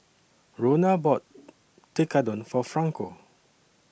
Rona bought Tekkadon For Franco